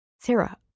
Sarah